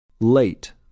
Late